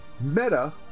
meta